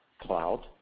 cloud